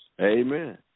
Amen